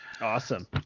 Awesome